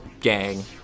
gang